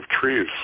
Trees